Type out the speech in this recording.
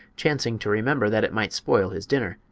chancing to remember that it might spoil his dinner,